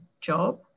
job